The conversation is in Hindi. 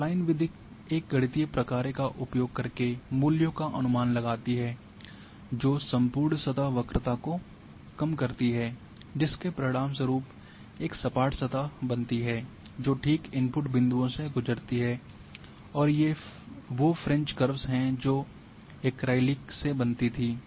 स्प्लाइन विधि एक गणितीय प्रकार्य का उपयोग करके मूल्यों का अनुमान लगाती है जो संपूर्ण सतह वक्रता को कम करती है जिसके परिणामस्वरूप एक सपाट सतह बनती है जो ठीक इनपुट बिंदुओं से गुजरती है और ये वो फ्रेंच कर्व्स हैं जो ऐक्रेलिक से बनती थी